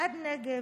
עד נגב.